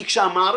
כי כאשר המערכת